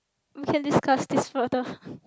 we can discuss this further